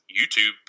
YouTube